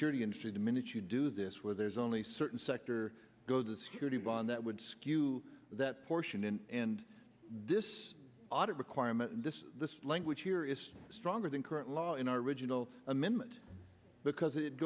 security industry the minute you do this where there's only certain sector goes the security bond that would skew that portion in this audit requirement the language here is stronger than current law in our original amendment because it